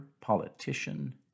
politician